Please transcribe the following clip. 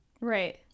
right